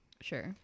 Sure